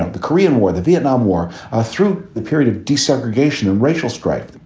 and the korean war, the vietnam war ah through the period of desegregation and racial strife.